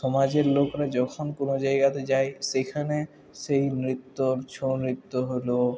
সমাজের লোকরা যখন কোনো জায়গাতে যায় সেইখানে সেই নৃত্য ছৌ নৃত্য হল